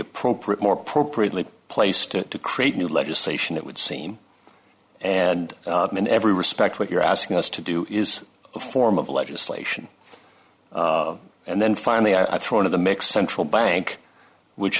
appropriate more appropriately placed it to create new legislation it would seem and in every respect what you're asking us to do is a form of legislation and then finally i throw into the mix central bank which